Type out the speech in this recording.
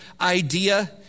idea